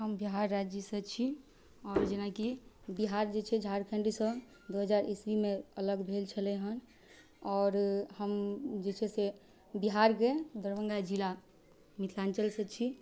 हम बिहार राज्यसँ छी आओर जेनाकि बिहार जे छै झारखण्डसँ दुइ हजार ईस्वीमे अलग भेल छलै हँ आओर हम जे छै से बिहारके दरभङ्गा जिला मिथिलाञ्चलसँ छी